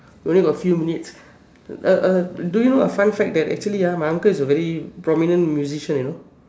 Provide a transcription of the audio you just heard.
only got a few minutes a a do you know a fun fact actually my uncle is a very prominent musician you know